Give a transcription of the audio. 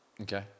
Okay